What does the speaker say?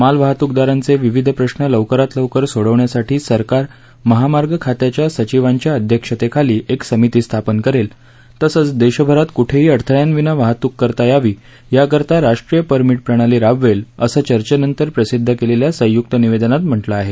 मालवाहतूकदारांचे विविध प्रश्न लौकरात लौकर सोडवण्यासाठी सरकार महामार्ग खात्याच्या सचिवांच्या अध्यक्षतेखाली एक समिती स्थापन करेल तसंच देशभरात कुठेही अडथळ्यांविना वाहतूक करता यावी याकरता राष्ट्रीय परमिट प्रणाली राबवेल असं चर्चेनंतर प्रसिद्ध केलेल्या संयुक्त निवेदनात म्हटलं आहे